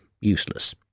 useless